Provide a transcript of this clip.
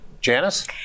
janice